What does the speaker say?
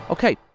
Okay